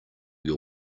your